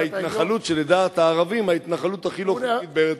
היא ההתנחלות שלדעת הערבים היא ההתנחלות הכי לא חוקית בארץ-ישראל.